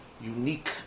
Unique